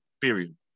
period